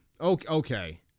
okay